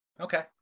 Okay